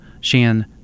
Shan